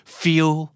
feel